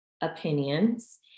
opinions